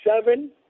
seven